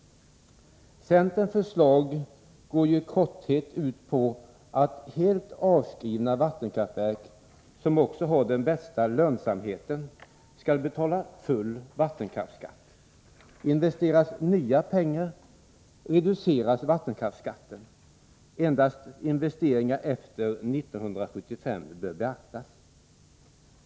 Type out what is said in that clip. Centerns förslag går i korthet ut på att helt avskrivna vattenkraftverk, som också har den bästa lönsamheten, skall betala full vattenkraftsskatt. Investeras nya pengar, så reduceras vattenkraftsskatten. Endast investeringar efter 1975 bör beaktas.